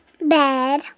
bed